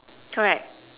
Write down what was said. correct